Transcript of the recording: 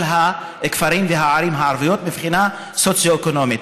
הכפרים והערים הערביים מבחינה סוציו-אקונומית.